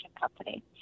company